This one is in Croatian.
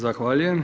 Zahvaljujem.